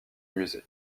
musée